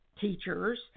teachers